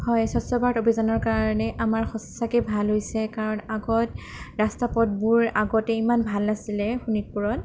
হয় স্বচ্ছ ভাৰত অভিযানৰ কাৰণে আমাৰ সঁচাকেই ভাল হৈছে কাৰণ আগত ৰাস্তা পথবোৰ আগতে ইমান ভাল নাছিলে শোণিতপুৰত